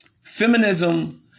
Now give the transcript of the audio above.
Feminism